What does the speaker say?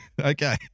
Okay